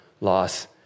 loss